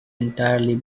entirely